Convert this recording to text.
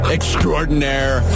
Extraordinaire